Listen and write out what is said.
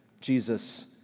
Jesus